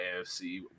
AFC